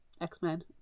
x-men